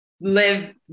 live